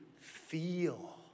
feel